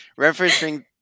referencing